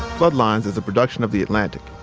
floodlines is a production of the atlantic.